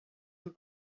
and